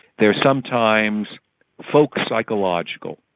they are sometimes folk psychological.